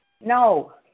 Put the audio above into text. No